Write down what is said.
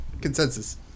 Consensus